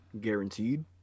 guaranteed